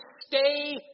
stay